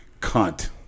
cunt